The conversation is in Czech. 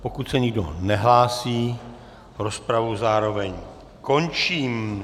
Pokud se nikdo nehlásí, rozpravu zároveň končím.